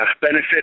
benefit